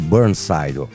Burnside